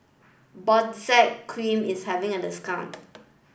Benzac Cream is having a discount